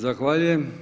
Zahvaljujem.